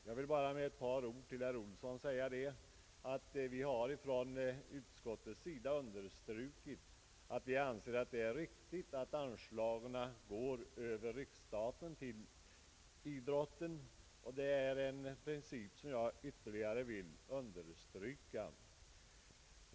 Jag vill bara med ett par ord till herr Olsson säga, att utskottet har understrukit att det är viktigt att ansla gen till idrotten går via riksstaten — det är en princip som jag här vill ytterligare understryka.